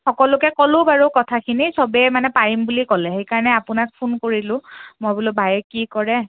সকলোকে ক'লোঁ বাৰু কথাখিনি চবেই মানে পাৰিম বুলি ক'লে সেইকাৰণে আপোনাক ফোন কৰিলোঁ মই বোলো বায়ে কি কৰে